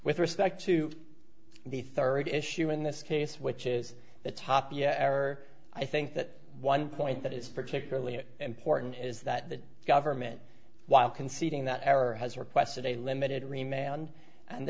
with respect to the third issue in this case which is the tapia error i think that one point that is particularly important is that the government while conceding that error has requested a limited